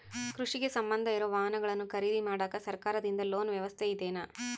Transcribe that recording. ಕೃಷಿಗೆ ಸಂಬಂಧ ಇರೊ ವಾಹನಗಳನ್ನು ಖರೇದಿ ಮಾಡಾಕ ಸರಕಾರದಿಂದ ಲೋನ್ ವ್ಯವಸ್ಥೆ ಇದೆನಾ?